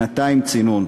שנתיים צינון.